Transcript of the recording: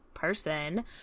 person